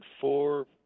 four